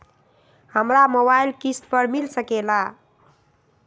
हमरा मोबाइल किस्त पर मिल सकेला?